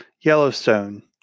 Yellowstone